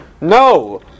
No